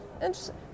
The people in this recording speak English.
interesting